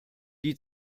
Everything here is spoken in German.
die